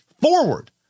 forward